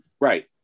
Right